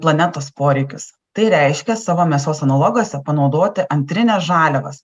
planetos poreikius tai reiškia savo mėsos analoguose panaudoti antrines žaliavas